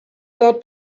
dort